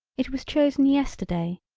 it was chosen yesterday,